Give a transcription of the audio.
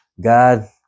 God